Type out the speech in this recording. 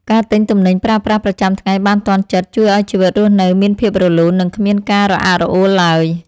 ការទិញទំនិញប្រើប្រាស់ប្រចាំថ្ងៃបានទាន់ចិត្តជួយឱ្យជីវិតរស់នៅមានភាពរលូននិងគ្មានការរអាក់រអួលឡើយ។